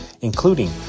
including